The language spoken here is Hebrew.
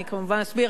אני כמובן אסביר,